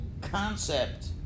concept